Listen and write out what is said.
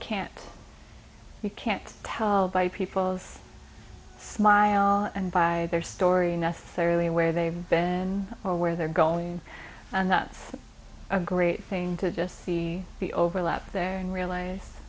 can't you can't tell by people's smile and by their story necessarily where they've been or where they're going and that's a great thing to just see the overlap there and realize